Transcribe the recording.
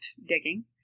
digging